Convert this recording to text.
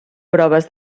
proves